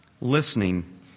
Listening